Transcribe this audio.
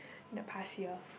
the past year